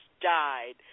died